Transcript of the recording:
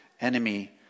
enemy